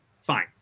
fine